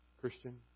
Christian